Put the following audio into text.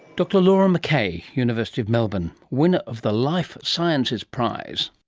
dr laura mackay, university of melbourne's, winner of the life sciences prize.